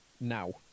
now